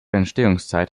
entstehungszeit